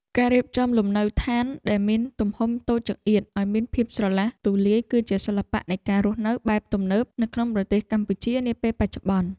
ការរៀបចំលំនៅឋានដែលមានទំហំតូចចង្អៀតឱ្យមានភាពស្រឡះទូលាយគឺជាសិល្បៈនៃការរស់នៅបែបទំនើបនៅក្នុងប្រទេសកម្ពុជានាពេលបច្ចុប្បន្ន។